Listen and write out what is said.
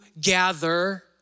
gather